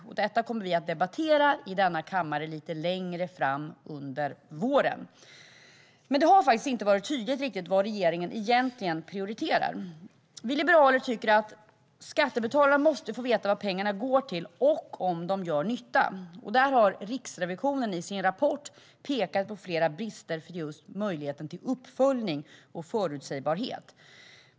Det här kommer vi att debattera i denna kammare längre fram under våren. Men det har inte varit riktigt tydligt vad regeringen egentligen prioriterar. Vi liberaler tycker att skattebetalarna måste få veta vad pengarna går till och om de gör nytta. Riksrevisionen pekar i sin rapport på flera brister vad gäller möjligheten till uppföljning och förutsägbarhet.